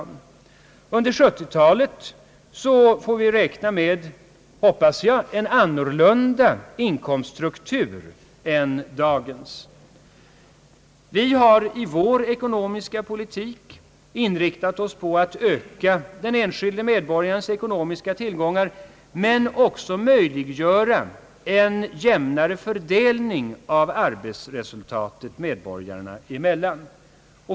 Under 1970 talet bör vi kunna räkna med — hoppas jag — en inkomststruktur som är annorlunda än dagens. Vi har i vår i högerpartiets ekonomiska politik inriktat oss på att öka den enskilde medborgarens ekonomiska tillgångar men även möjliggöra en jämnare fördelning av arbetsresultatet medborgarna emellan.